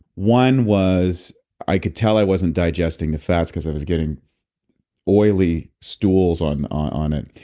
one was i could tell i wasn't digesting the fats because i was getting oily stools on on it.